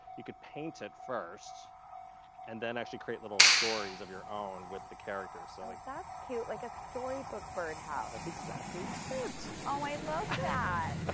you could paint it first and then actually create little stories of your own with the characters. oh, so like that's cute. like a story book, bird house. that's exactly it. oh, i love yeah ah